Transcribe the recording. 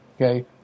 Okay